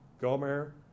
Gomer